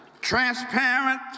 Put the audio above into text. Transparent